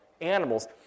animals